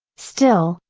still,